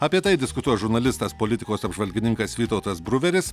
apie tai diskutuos žurnalistas politikos apžvalgininkas vytautas bruveris